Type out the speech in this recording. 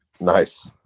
Nice